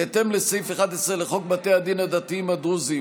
בהתאם לסעיף 11 לחוק בתי הדין הדתיים הדרוזיים,